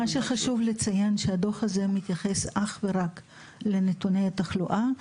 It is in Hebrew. מה שחשוב לציין שהדוח הזה מתייחס אך ורק לנתוני התחלואה,